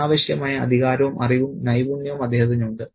അതിനാവശ്യമായ അധികാരവും അറിവും നൈപുണ്യവും അദ്ദേഹത്തിനുണ്ട്